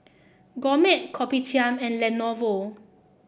Gourmet Kopitiam and Lenovo